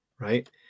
right